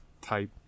type